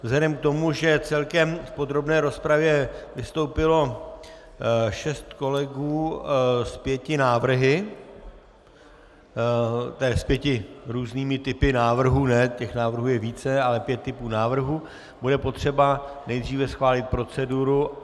Vzhledem k tomu, že celkem v podrobné rozpravě vystoupilo šest kolegů s pěti návrhy, s pěti různými typy návrhů těch návrhů je více, ale pět typů návrhů , bude třeba nejdříve schválit proceduru.